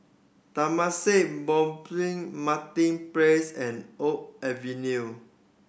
Temasek Martin Place and Oak Avenue